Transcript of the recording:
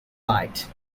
light